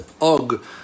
og